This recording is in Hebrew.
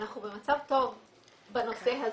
אנחנו במצב טוב בנושא הזה.